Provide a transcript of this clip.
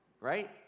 Right